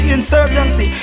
Insurgency